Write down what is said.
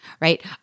right